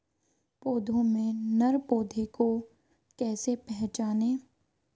पौधों में नर पौधे को कैसे पहचानें?